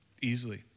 Easily